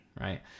right